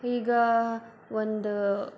ಈಗ ಒಂದು